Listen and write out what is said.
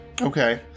Okay